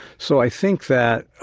so i think that